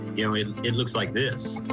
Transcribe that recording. you know and it looked like this.